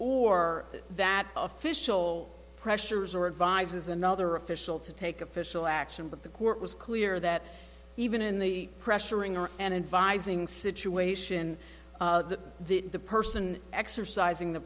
or that official pressures or advises another official to take official action but the court was clear that even in the pressuring or and advise ing situation of the person exercising the